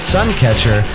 Suncatcher